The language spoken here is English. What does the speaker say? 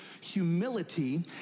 humility